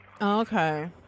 Okay